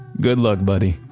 good luck, buddy!